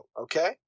Okay